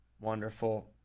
Wonderful